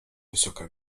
wysoka